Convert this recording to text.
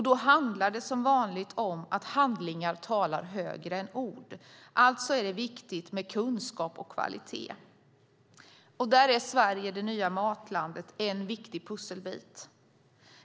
Det handlar som vanligt om att handlingar talar högre än ord. Alltså är det viktigt med kunskap och kvalitet. Där är "Sverige - det nya matlandet" en viktig pusselbit.